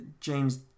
James